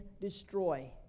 destroy